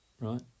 right